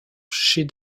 chefs